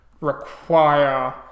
require